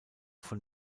von